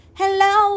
hello